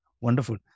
Wonderful